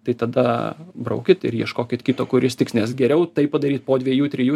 tai tada braukit ir ieškokit kito kuris tiks nes geriau tai padaryt po dviejų trijų